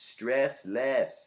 STRESSLESS